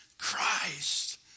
christ